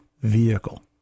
vehicle